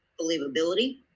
believability